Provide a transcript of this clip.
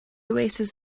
oasis